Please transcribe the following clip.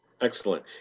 excellent